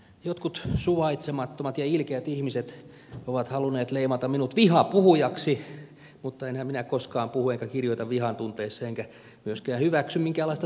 jotkut suvaitsemattomat ja ilkeät ihmiset ovat halunneet leimata minut vihapuhujaksi mutta enhän minä koskaan puhu enkä kirjoita vihantunteessa enkä myöskään hyväksy minkäänlaista syrjintää